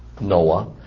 Noah